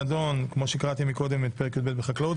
הנדון כפי שקראתי קודם את פרק י"ב בקלאות.